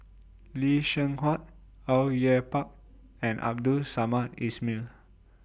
Lee Seng Huat Au Yue Pak and Abdul Samad Ismail